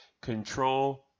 control